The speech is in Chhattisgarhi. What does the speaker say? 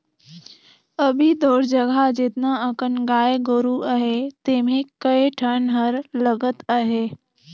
अभी तोर जघा जेतना अकन गाय गोरु अहे तेम्हे कए ठन हर लगत अहे